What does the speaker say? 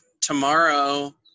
tomorrow